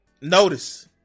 Notice